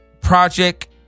project